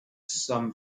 some